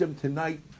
Tonight